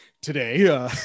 today